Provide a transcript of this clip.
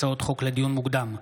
הצעות חוק לדיון מוקדם,